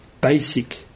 basic